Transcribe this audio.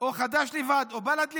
או חד"ש לבד או בל"ד לבד,